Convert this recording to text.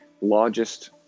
largest